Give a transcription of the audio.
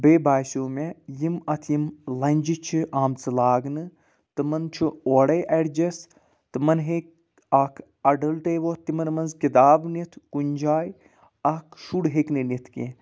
بیٚیہِ باسیٚو مےٚ یِم اَتھ یِم لَنٛجہِ چھِ آمژٕ لاگنہٕ تِمَن چھُ اوڑَے اٮ۪ڈجسٹ تِمَن ہیٚکہِ اَکھ اَڈَلٹَے ووت تِمَن منٛز کِتاب نِتھ کُنہِ جاے اَکھ شُر ہیٚکہِ نہٕ نِتھ کینٛہہ